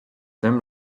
tym